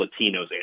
Latinos